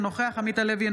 אינו נוכח עמית הלוי,